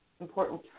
important